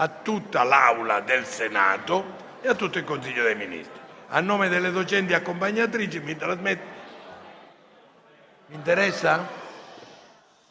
a tutta l'Aula del Senato e a tutto il Consiglio dei ministri. A nome delle docenti accompagnatrici, mi permetto